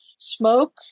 Smoke